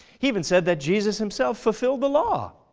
he even said that jesus himself fulfilled the law.